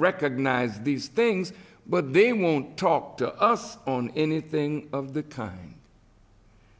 recognize these things but they won't talk to us on anything of the kind